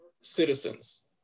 citizens